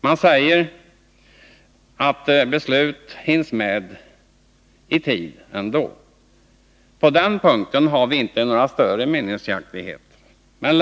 Man säger att beslut ändå hinns med i tid. På den punkten finns det inte några större meningsskiljaktigheter.